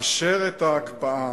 אשר את ההקפאה,